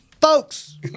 folks